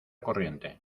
corriente